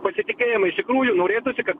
pasitikėjimą iš tikrųjų norėtųsi kad